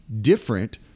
different